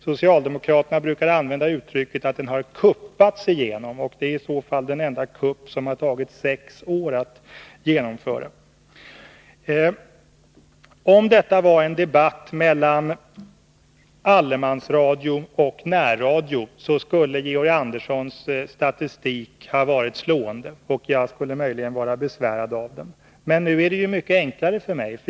Socialdemokraterna brukar använda uttrycket att den har ”kuppats” igenom, och det är i så fall den enda kupp som har tagit sex år att genomföra. Om detta var en debatt mellan allemansradio och närradio, skulle Georg Anderssons statistik ha varit slående, och jag skulle möjligen vara besvärad av den. Men nu är det ju mycket enklare för mig.